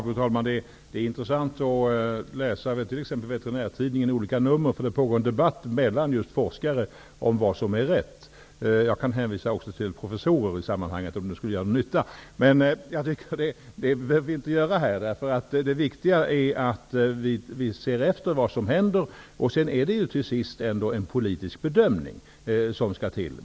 Fru talman! Det är intressant att läsa t.ex. Svensk veterinärtidning, där det pågår en debatt mellan just forskare om vad som är rätt. Också jag kan i sammanhanget hänvisa till professorer, om nu det skulle vara till någon nytta. Det tycker jag inte att vi behöver göra här. Det viktiga är att följa utvecklingen. Till sist handlar det ändå om att en politisk bedömning måste göras.